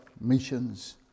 missions